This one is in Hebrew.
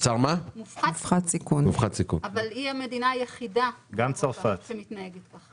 היא המדינה היחידה שמתנהגת כך.